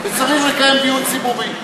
וצריך לקיים דיון ציבורי.